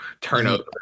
turnover